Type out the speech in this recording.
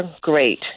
great